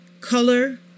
color